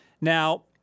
Now